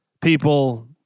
people